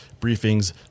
briefings